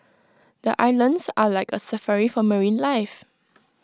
the islands are like A Safari for marine life